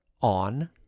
on